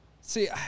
see